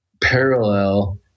parallel